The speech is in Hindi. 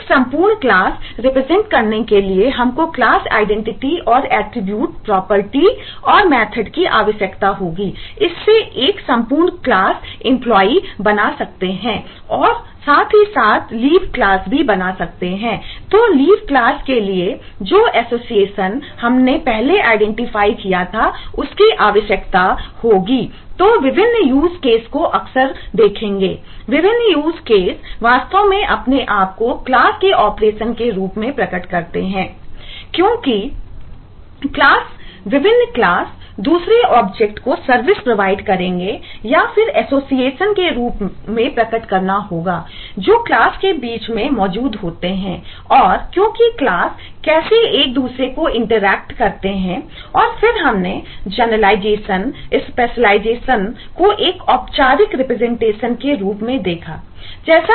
एक संपूर्ण क्लास वास्तव में अपने आप को क्लास के ऑपरेशन के रूप में प्रकट करता है क्योंकि क्लासहै